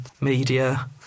media